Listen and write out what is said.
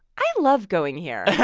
i love going here i